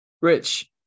Rich